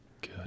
Good